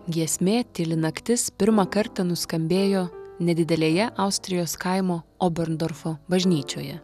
giesmė tyli naktis pirmą kartą nuskambėjo nedidelėje austrijos kaimo oberndorfo bažnyčioje